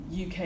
UK